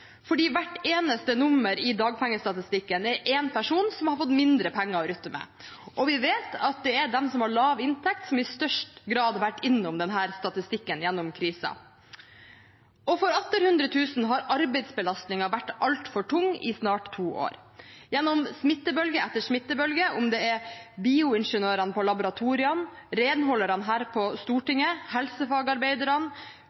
hvert eneste nummer i dagpengestatistikken er det en person som har fått mindre penger å rutte med. Vi vet at det er de som har lav inntekt, som i størst grad har vært innom denne statistikken gjennom krisen. For atter hundretusener har arbeidsbelastningen vært altfor tung i snart to år. Gjennom smittebølge etter smittebølge, om det er bioingeniørene på laboratoriene, renholderne her på